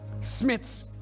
Smith's